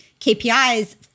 KPIs